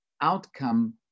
outcome